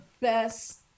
best